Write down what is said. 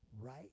right